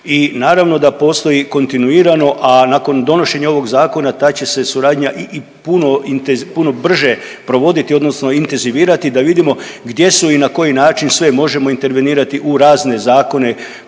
i naravno da postoji kontinuirano, a nakon donošenja ovog zakona ta će se suradnja i, i puno intenz…, puno brže provoditi odnosno intenzivirati da vidimo gdje su i na koji način sve možemo intervenirati u razne Zakone